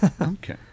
Okay